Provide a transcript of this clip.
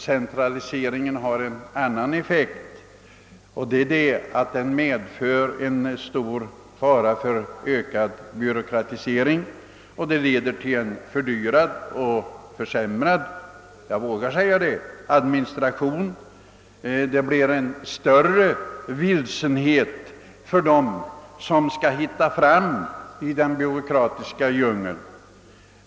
Centraliseringen har emellertid en annan effekt, nämligen faran för ökad byråkratisering, som leder till en — jag vågar säga det — fördyrad och försämrad administration. För dem som skall leta sig fram i den byråkratiska djungeln bidrar detta till att skapa en större vilsenhet.